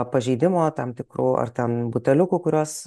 pažeidimo tam tikrų ar ten buteliukų kuriuos